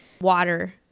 water